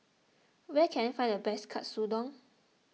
where can I find the best Katsudon